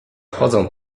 chodzą